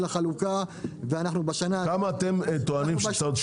החלוקה --- כמה אתם טוענים שצריך להיות?